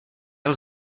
jel